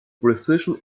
precision